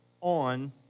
on